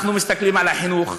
אנחנו מסתכלים על החינוך,